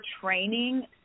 training